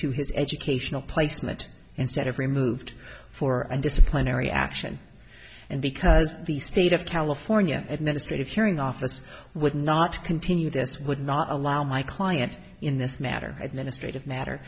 to his educational placement instead of removed for a disciplinary action and because the state of california administrative hearing office would not continue this would not allow my client in this matter administrative matter